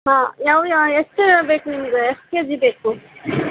ಹಾಂ ಯಾವ್ಯಾವು ಎಷ್ಟು ಬೇಕು ನಿಮ್ಗೆ ಎಷ್ಟು ಕೆಜಿ ಬೇಕು